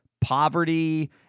poverty